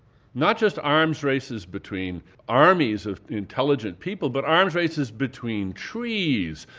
not just arms races between armies of intelligent people, but arms races between trees,